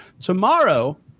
Tomorrow